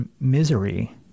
misery